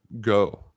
go